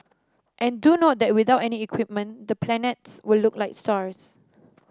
and do note that without any equipment the planets will look like stars